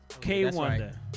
K-Wonder